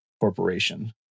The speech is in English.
corporation